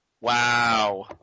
Wow